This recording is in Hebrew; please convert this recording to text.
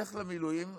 לך למילואים,